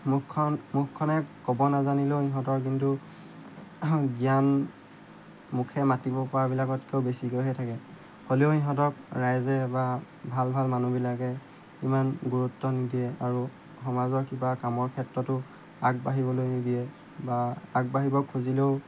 মুখখন মুখখনে ক'ব নাজানিলেও সিহঁতৰ কিন্তু জ্ঞান মুখেৰে মাতিব পৰাবিলাকতকৈও বেছিকৈহে থাকে হ'লেও সিহঁতক ৰাইজে বা ভাল ভাল মানুহবিলাকে ইমান গুৰুত্ব নিদিয়ে আৰু সমাজৰ কিবা কামৰ ক্ষেত্ৰতো আগবাঢ়িবলৈ নিদিয়ে বা আগবাঢ়িব খুজিলেও